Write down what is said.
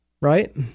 right